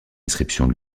inscription